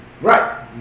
Right